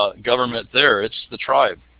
ah government there. it's the tribe.